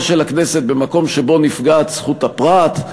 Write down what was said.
של הכנסת במקום שבו נפגעת זכות הפרט,